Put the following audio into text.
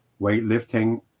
weightlifting